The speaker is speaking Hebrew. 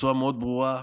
בצורה מאוד ברורה,